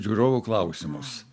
žiūrovų klausimus